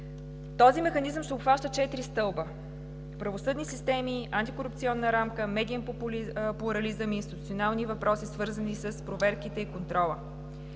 Този механизъм ще обхваща четири стълба: правосъдни системи, антикорупционна рамка, медиен плурализъм и институционални въпроси, свързани с проверките и контрола.